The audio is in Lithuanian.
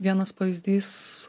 vienas pavyzdys